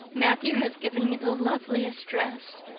matthew has given me the loveliest dress,